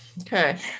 Okay